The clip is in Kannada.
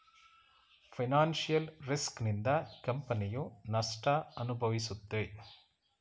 ಫೈನಾನ್ಸಿಯಲ್ ರಿಸ್ಕ್ ನಿಂದ ಕಂಪನಿಯು ನಷ್ಟ ಅನುಭವಿಸುತ್ತೆ